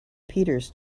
peters